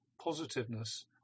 positiveness